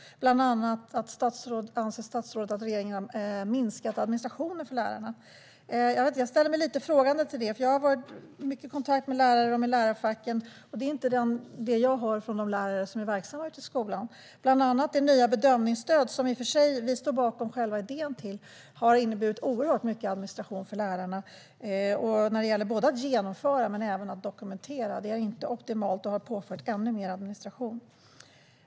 Bland annat anser statsrådet att regeringen har minskat administrationen för lärare. Jag ställer mig lite frågande till det, för jag har haft mycket kontakt med lärare och lärarfacken och det är inte det jag hör från de lärare som är verksamma ute i skolan. Bland annat har det nya bedömningsstödet, som vi i och för sig står bakom själva idén till, inneburit oerhört mycket administration för lärarna - både när det gäller att genomföra och när det gäller att dokumentera. Det är inte optimalt, och det har påfört ännu mer administration.